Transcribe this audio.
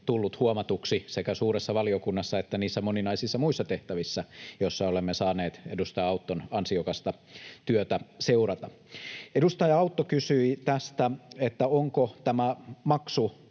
tulleet huomatuiksi sekä suuressa valiokunnassa että niissä moninaisissa muissa tehtävissä, joissa olemme saaneet edustaja Auton ansiokasta työtä seurata. Edustaja Autto kysyi, onko tämä